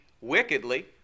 wickedly